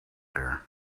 there